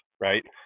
right